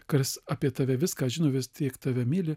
kas apie tave viską žino vis tiek tave myli